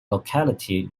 locality